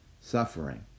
suffering